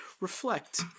reflect